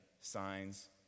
signs